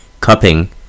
cupping